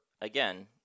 again